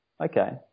okay